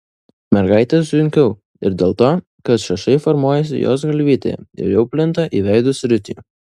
mergaitei sunkiau ir dėl to kad šašai formuojasi jos galvytėje ir jau plinta į veido sritį